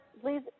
please